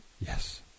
Yes